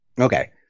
Okay